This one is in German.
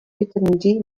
vitamin